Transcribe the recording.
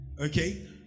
Okay